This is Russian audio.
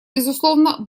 безусловно